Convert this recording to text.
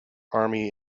army